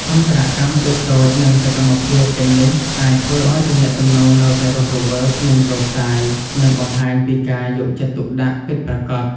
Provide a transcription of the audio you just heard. អន្តរកម្មតូចៗ និងសកម្មភាពទាំងនេះអាចធ្វើឱ្យទំនាក់ទំនងនៅតែរស់រវើក មិនរសាយ និងបង្ហាញពីការយកចិត្តទុកដាក់ពិតប្រាកដ។